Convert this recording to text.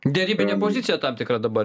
derybinė pozicija tam tikra dabar